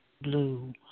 blue